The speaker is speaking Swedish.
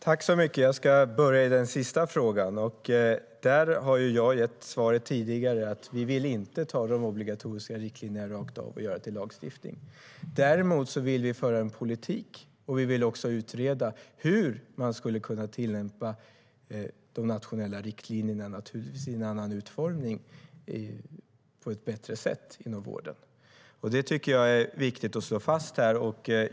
Herr talman! Jag börjar med den sista frågan. Jag har tidigare svarat att vi inte vill omvandla de obligatoriska riktlinjerna rakt av till lagstiftning. Däremot vill vi föra fram en politik, och vi vill också utreda hur man skulle kunna tillämpa de nationella riktlinjerna, naturligtvis i en annan utformning, på ett bättre sätt inom vården. Det är viktigt att slå fast.